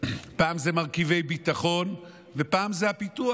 פעם זה מרכיבי ביטחון ופעם זה הפיתוח.